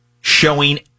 showing